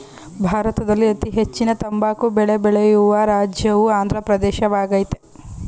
ಭಾರತದಲ್ಲಿ ಅತೀ ಹೆಚ್ಚಿನ ತಂಬಾಕು ಬೆಳೆ ಬೆಳೆಯುವ ರಾಜ್ಯವು ಆಂದ್ರ ಪ್ರದೇಶವಾಗಯ್ತೆ